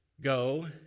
Go